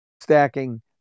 stacking